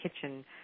kitchen